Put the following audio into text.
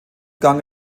gang